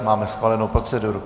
Máme schválenou proceduru.